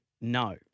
No